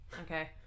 Okay